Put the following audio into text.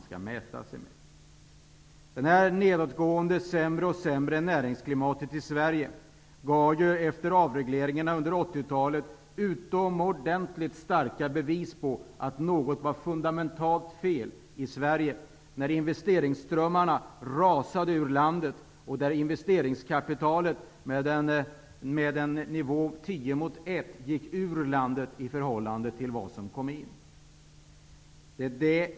Sverige gav efter avregleringarna under 1980-talet utomordentligt starka bevis på att något var fundamentalt fel i vårt land. Investeringsströmmarna rasade ur landet. till 1.